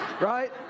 Right